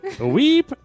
Weep